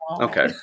Okay